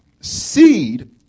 Seed